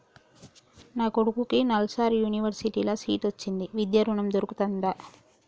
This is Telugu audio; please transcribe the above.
నా కొడుకుకి నల్సార్ యూనివర్సిటీ ల సీట్ వచ్చింది విద్య ఋణం దొర్కుతదా?